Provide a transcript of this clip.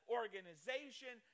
organization